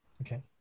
Okay